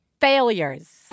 Failures